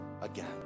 again